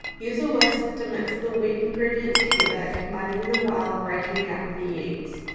use a whisk to mix the wet ingredients together, combining them well, breaking up the eggs.